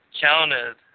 counted